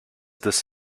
this